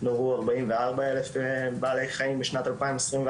נורו 44 אלף בעלי חיים בשנת 2021,